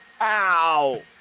Ow